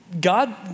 God